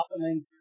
happening